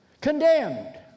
Condemned